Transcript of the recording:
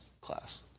class